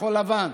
כחול לבן,